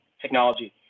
technology